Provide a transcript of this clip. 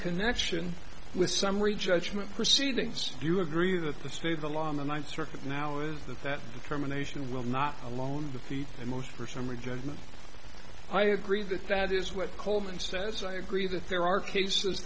connection with summary judgment proceedings do you agree that the state of the law in the ninth circuit now is that that determination will not alone the feat and most for summary judgment i agree that that is what coleman says i agree that there are cases